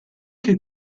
che